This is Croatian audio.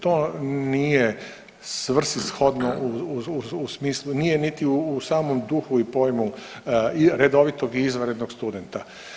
To nije svrsishodno u smislu nije niti u samom duhu i pojmu redovitog i izvanrednog studenta.